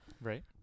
Right